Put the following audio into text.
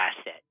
asset